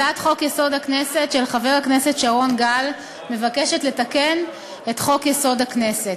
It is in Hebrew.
הצעת החוק של חבר הכנסת שרון גל מבקשת לתקן את חוק-יסוד: הכנסת.